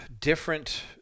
different